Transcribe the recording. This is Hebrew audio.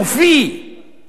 ההתנחלות החלופית,